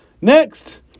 Next